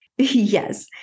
Yes